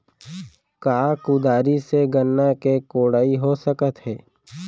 का कुदारी से गन्ना के कोड़ाई हो सकत हे?